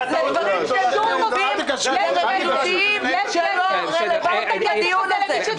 זה לא רלוונטי לדיון הזה.